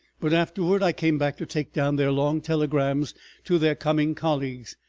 but afterward i came back to take down their long telegrams to their coming colleagues.